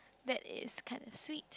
that is kinda sweet